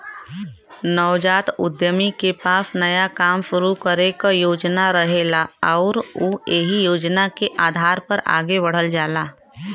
नवजात उद्यमी के पास नया काम शुरू करे क योजना रहेला आउर उ एहि योजना के आधार पर आगे बढ़ल जाला